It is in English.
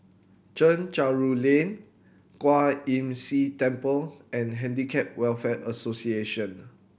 Chencharu Lane Kwan Imm See Temple and Handicap Welfare Association